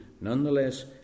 Nonetheless